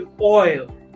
oil